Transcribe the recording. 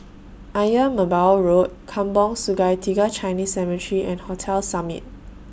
Ayer Merbau Road Kampong Sungai Tiga Chinese Cemetery and Hotel Summit